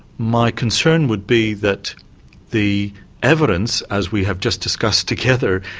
my concern would be that the evidence, as we have just discussed together,